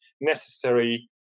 necessary